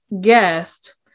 guest